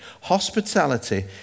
Hospitality